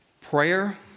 Prayer